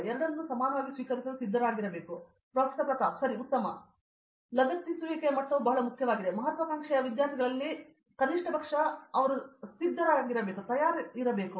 ಒಳಗೊಳ್ಳುವ ಮತ್ತು ಲಗತ್ತಿಸುವಿಕೆಯ ಮಟ್ಟವು ಬಹಳ ಮುಖ್ಯವಾಗಿದೆ ಮಹತ್ವಾಕಾಂಕ್ಷೆಯ ವಿದ್ಯಾರ್ಥಿಗಳಲ್ಲಿ ಕನಿಷ್ಟ ಪಕ್ಷ ಸಿದ್ಧಪಡಿಸಬೇಕು ಮತ್ತು ತಯಾರಿಸಬೇಕು